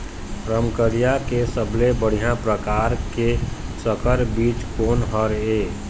रमकलिया के सबले बढ़िया परकार के संकर बीज कोन हर ये?